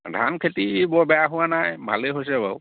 ধান খেতি বৰ বেয়া হোৱা নাই ভালেই হৈছে বাৰু